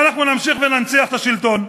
ואנחנו נמשיך וננציח את השלטון.